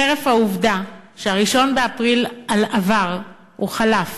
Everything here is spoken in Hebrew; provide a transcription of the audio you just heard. חרף העובדה ש-1 באפריל עבר או חלף,